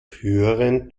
höheren